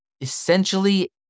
essentially